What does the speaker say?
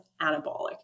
anabolic